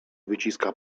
wyciska